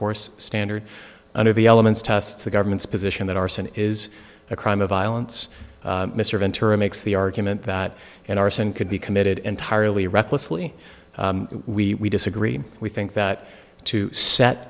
force standard under the elements tests the government's position that arson is a crime of violence mr ventura makes the argument that an arson could be committed entirely recklessly we disagree we think that to set